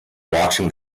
watching